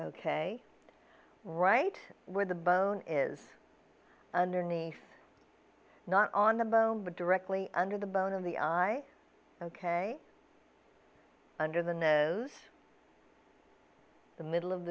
ok right where the bone is underneath not on the bone but directly under the bone of the ok under the nose the middle of